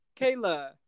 Kayla